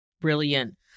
brilliant